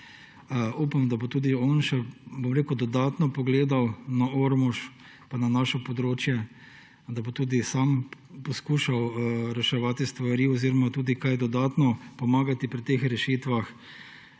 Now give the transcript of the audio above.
upam, da bo tudi on še dodatno pogledal na Ormož pa na naše območje, da bo tudi sam poskušal reševati stvari oziroma tudi kaj dodatno pomagati pri teh rešitvah.